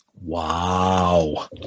Wow